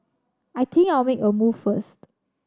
I think I'll make a move first